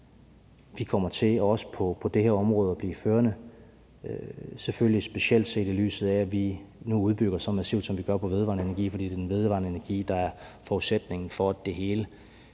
vi på det her område kommer til at blive førende, selvfølgelig specielt set i lyset af at vi nu udbygger så massivt, som vi gør, med vedvarende energi, fordi det er den vedvarende energi, der er forudsætningen for, at det hele